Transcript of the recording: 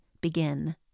begin